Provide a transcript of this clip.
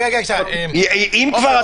אם כבר,